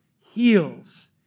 heals